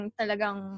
talagang